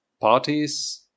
parties